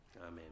Amen